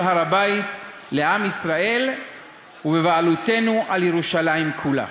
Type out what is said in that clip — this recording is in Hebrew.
הר-הבית לעם ישראל ובבעלותנו על ירושלים כולה.